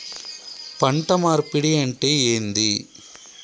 పంట మార్పిడి అంటే ఏంది?